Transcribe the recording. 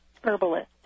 herbalist